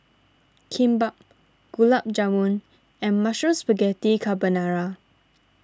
Kimbap Gulab Jamun and Mushroom Spaghetti Carbonara